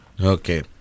Okay